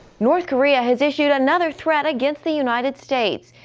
north korea has issued another threat against the united states.